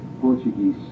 Portuguese